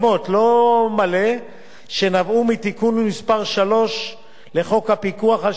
שנבעו מתיקון מס' 3 לחוק הפיקוח על שירותים פיננסיים,